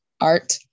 art